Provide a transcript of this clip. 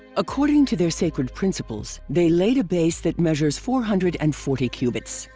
according to their sacred principles, they laid a base that measures four hundred and forty cubits.